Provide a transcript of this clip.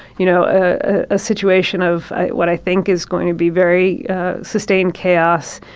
you know, a situation of what i think is going to be very sustained chaos.